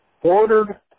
ordered